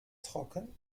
trocken